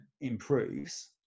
improves